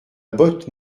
botte